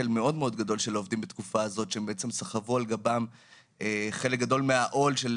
העובדים בתקופה הזאת סחבו על גבם חלק גדול מהעול של